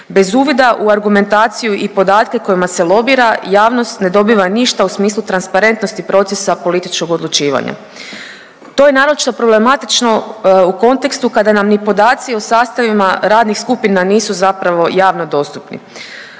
Bez uvida u argumentaciju i podatke kojima se lobira javnost ne dobiva ništa u smislu transparentnosti procesa političkog odlučivanja. To je naročito problematično u kontekstu kada nam ni podaci o sastavima radnih skupina nisu zapravo javno dostupni.